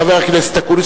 חבר הכנסת אקוניס.